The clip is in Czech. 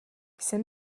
jsem